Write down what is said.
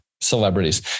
celebrities